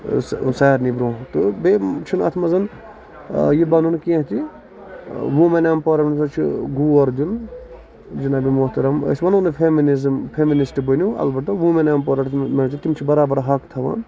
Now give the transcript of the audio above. سارنی برونہہ تہٕ بیٚیہِ چھُنہٕ اَتھ منٛز یہِ بَنُن کیٚنہہ کہِ وُمین ایمپورمینٹ چھُ گور دیُن جِناب مۄحترم أسۍ وَنو نہٕ فیمینِزٕم فیمٔنِسٹ اَلبتہ وُمین ایمپورمینٹ تِم چھِ برابر حق تھاوان